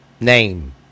name